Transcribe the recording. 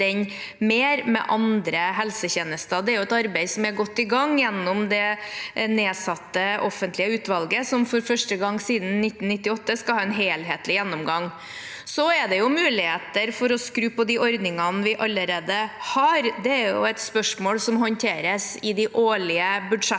mer med andre helsetjenester. Det er et arbeid som er godt i gang gjennom det nedsatte offentlige utvalget som for første gang siden 1998 skal ha en helhetlig gjennomgang. Det er også muligheter for å skru på de ordningene vi allerede har. Det er et spørsmål som håndteres i de årlige budsjettene,